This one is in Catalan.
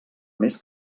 més